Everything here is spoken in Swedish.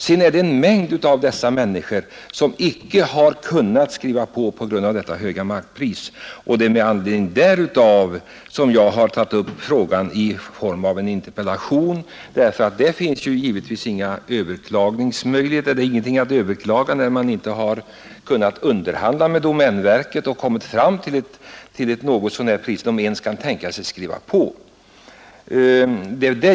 Sedan är det åtskilliga av dessa personer som icke kunnat skriva på på grund av detta höga markpris, och det är med anledning därav som jag tagit upp frågan i form av en interpellation, därför att där finns givetvis ingen överklagningsmöjlighet. Det finns givetvis ingenting att överklaga, då man vid underhandlingen med domänverket inte kommit fram till acceptabelt pris.